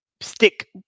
stick